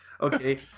Okay